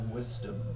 Wisdom